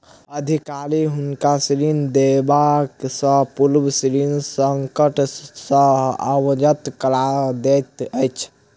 अधिकारी हुनका ऋण देबयसॅ पूर्व ऋण संकट सॅ अवगत करा दैत अछि